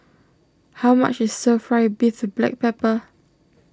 how much is Stir Fry Beef with Black Pepper